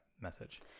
message